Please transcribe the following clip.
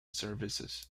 services